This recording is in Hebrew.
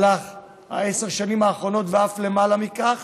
בעשר השנים האחרונות, ואף למעלה מכך,